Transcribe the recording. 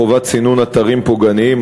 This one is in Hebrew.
חובת סינון אתרים פוגעניים),